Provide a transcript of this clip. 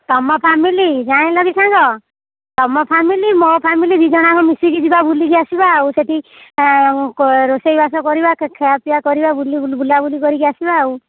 ତମ ଫ୍ୟାମିଲି ଜାଣିଲ କି ସାଙ୍ଗ ତମ ଫ୍ୟାମିଲି ମୋ ଫ୍ୟାମିଲି ଦୁଇ ଜଣଙ୍କୁ ମିଶିକି ଯିବା ବୁଲିକି ଆସିବା ଆଉ ସେଠି ରୋଷେଇବାସ କରିବା ଖିଆ ପିଆ କରିବା ବୁଲାବୁଲି କରିକି ଆସିବା ଆଉ